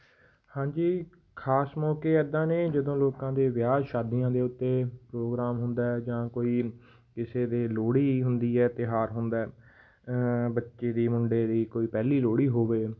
ਹਾਂਜੀ ਖਾਸ ਮੌਕੇ ਐਦਾਂ ਨੇ ਜਦੋਂ ਲੋਕਾਂ ਦੇ ਵਿਆਹ ਸ਼ਾਦੀਆਂ ਦੇ ਉੱਤੇ ਪ੍ਰੋਗਰਾਮ ਹੁੰਦਾ ਜਾਂ ਕੋਈ ਕਿਸੇ ਦੇ ਲੋਹੜੀ ਹੁੰਦੀ ਹੈ ਤਿਉਹਾਰ ਹੁੰਦਾ ਬੱਚੇ ਦੀ ਮੁੰਡੇ ਦੀ ਕੋਈ ਪਹਿਲੀ ਲੋਹੜੀ ਹੋਵੇ